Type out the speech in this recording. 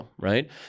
right